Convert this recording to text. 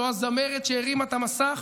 לא הזמרת שהרימה את המסך,